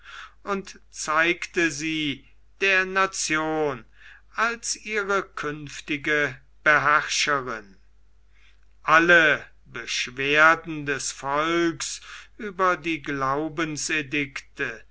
und zeigte sie der nation als ihre künftige beherrscherin alle beschwerden des volks über die